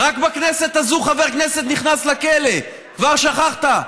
רק בכנסת הזאת חבר כנסת נכנס לכלא, כבר שכחת?